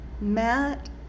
Matt